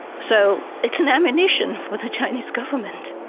so it's an ammunition for the chinese government.